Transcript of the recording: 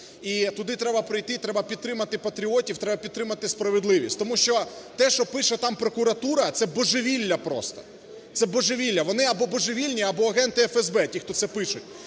і туди треба прийти, треба підтримати патріотів, треба підтримати справедливість. Тому що те, що пише там прокуратура – це божевілля просто. Це божевілля! Вони або божевільні, або агенти ФСБ – ті, хто це пише.